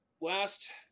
last